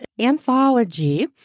anthology